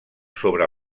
sobre